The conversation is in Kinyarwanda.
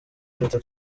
duhita